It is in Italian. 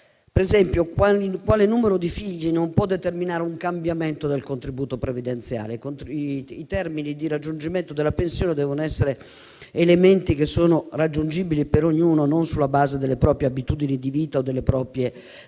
per esempio, il numero di figli non può determinare un cambiamento del contributo previdenziale; i termini di raggiungimento della pensione devono essere raggiungibili per ognuno non sulla base delle proprie abitudini di vita o delle proprie difficoltà.